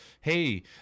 Hey